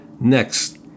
next